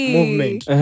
Movement